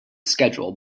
schedule